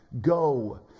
go